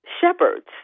shepherds